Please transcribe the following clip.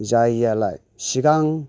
जायैयालाय सिगां